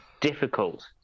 difficult